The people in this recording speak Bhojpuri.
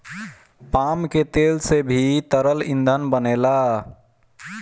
पाम के तेल से भी तरल ईंधन बनेला